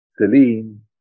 Celine